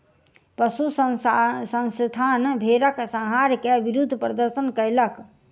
पशु संस्थान भेड़क संहार के विरुद्ध प्रदर्शन कयलक